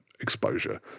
exposure